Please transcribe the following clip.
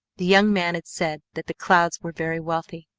the young man had said that the clouds were very wealthy.